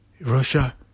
Russia